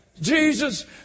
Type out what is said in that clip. Jesus